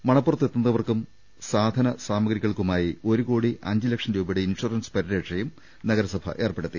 മണപ്പുറത്ത് എത്തുന്നവർക്കും സാധന സാമഗ്രികൾക്കുമായി ഒരു കോടി അഞ്ച് ലക്ഷം രൂപയുടെ ഇൻഷൂ റൻസ് പരിരക്ഷയും നഗരസഭ ഏർപ്പെടുത്തി